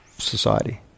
society